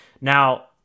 Now